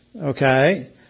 okay